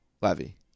Levy